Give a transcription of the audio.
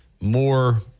more